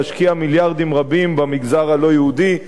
להשקיע מיליארדים רבים במגזר הלא-יהודי,